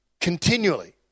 continually